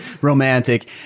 romantic